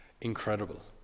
incredible